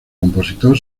compositor